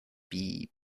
bee